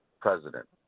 president